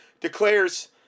Declares